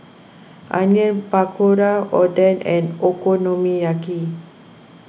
Onion Pakora Oden and Okonomiyaki